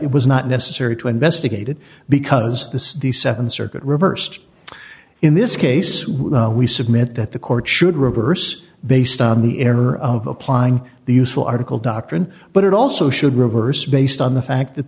it was not necessary to investigate it because this is the nd circuit reversed in this case we submit that the court should reverse based on the inner applying the useful article doctrine but it also should reverse based on the fact that